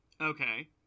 Okay